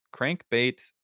crankbait